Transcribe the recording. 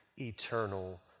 eternal